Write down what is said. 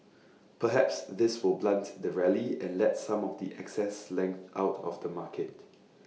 perhaps this will blunt the rally and let some of the excess length out of the market